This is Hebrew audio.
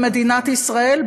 במדינת ישראל,